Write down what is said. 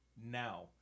now